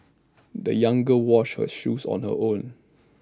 the young girl washed her shoes on her own